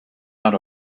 out